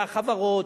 מהחברות,